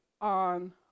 on